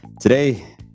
Today